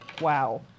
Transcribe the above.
wow